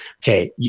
Okay